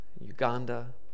Uganda